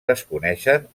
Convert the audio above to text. desconeixen